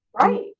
right